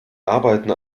arbeiten